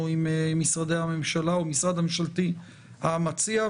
עם משרדי הממשלה או עם המשרד הממשלתי המציע.